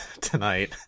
tonight